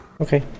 Okay